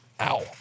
Ow